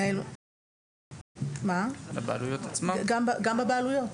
גם בבעלויות.